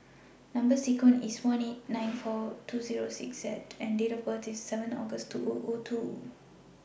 Number sequence IS S one eight nine four two Zero six Z and Date of birth IS seven August two O O two